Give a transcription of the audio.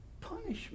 punishment